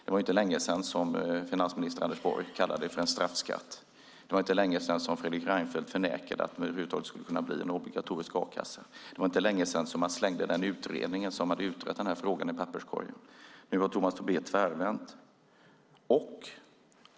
Det var inte länge sedan finansminister Anders Borg kallade det en straffskatt. Det var inte länge sedan Fredrik Reinfeldt förnekade att det över huvud taget skulle kunna bli en obligatorisk a-kassa. Det var inte länge sedan som man slängde utredningen om detta i papperskorgen. Nu har Tomas Tobé och Moderaterna tvärvänt.